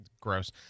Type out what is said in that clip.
Gross